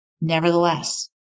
Nevertheless